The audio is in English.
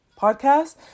podcast